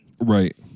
Right